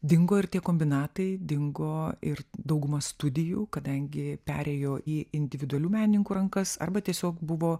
dingo ir tie kombinatai dingo ir dauguma studijų kadangi perėjo į individualių menininkų rankas arba tiesiog buvo